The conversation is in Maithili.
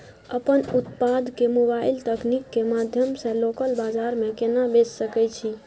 अपन उत्पाद के मोबाइल तकनीक के माध्यम से लोकल बाजार में केना बेच सकै छी?